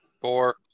Four